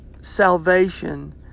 salvation